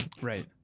Right